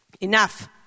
Enough